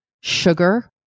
sugar